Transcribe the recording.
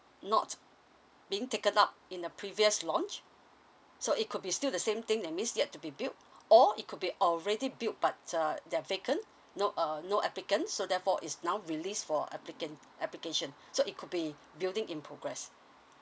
not being taken up in the previous launch so it could be still the same thing that means yet to be built or it could be already built but err that vacant no uh no applicant so therefore is now release for applicant application so it could be building in progress